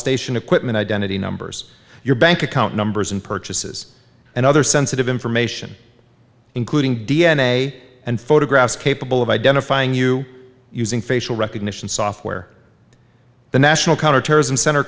station equipment identity numbers your bank account numbers and purchases and other sensitive information including d n a and photographs capable of identifying you using facial recognition software the national counterterrorism cent